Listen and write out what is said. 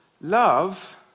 love